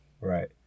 Right